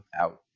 out